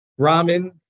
ramen